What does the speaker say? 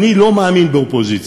אני לא מאמין באופוזיציה,